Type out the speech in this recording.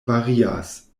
varias